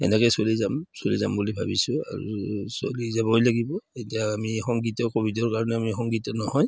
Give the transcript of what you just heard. এনেকে চলি যাম চলি যাম বুলি ভাবিছোঁ আৰু চলি যাবই লাগিব এতিয়া আমি শংকিত কাৰণে আমি শংকিত নহয়